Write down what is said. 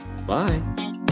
Bye